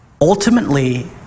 ultimately